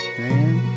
man